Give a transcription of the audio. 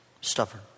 stubborn